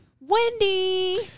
Wendy